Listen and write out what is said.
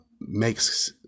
makes